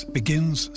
begins